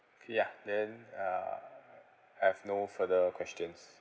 ya then uh I have no further questions